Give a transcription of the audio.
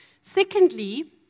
Secondly